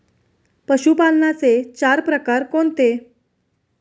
पशुपालनाचे चार प्रकार कोणते?